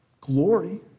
glory